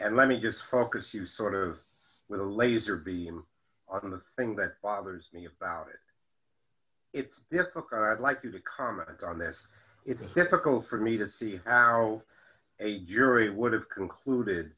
us let me just focus you sort of with a laser beam on the thing that bothers you it's difficult i'd like you to comment on this it's difficult for me to see how a jury would have concluded